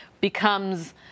becomes